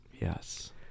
Yes